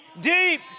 deep